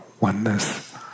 oneness